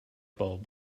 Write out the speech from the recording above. bulb